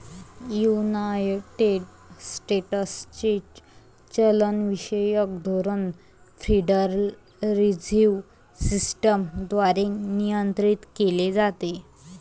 United स्टेट्सचे चलनविषयक धोरण फेडरल रिझर्व्ह सिस्टम द्वारे नियंत्रित केले जाते